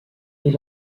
est